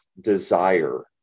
desire